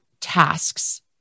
tasks